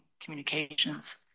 communications